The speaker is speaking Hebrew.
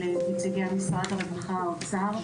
לנציגי המשרד הרווחה והאוצר,